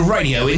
Radio